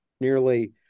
nearly